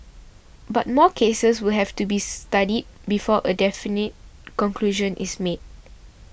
but more cases will have to be studied before a definite conclusion is made